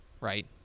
right